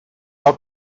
how